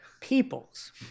peoples